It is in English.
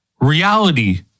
reality